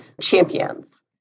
champions